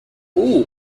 all